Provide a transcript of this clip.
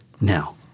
Now